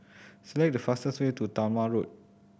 select the fastest way to Talma Road